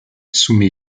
soumet